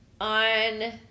On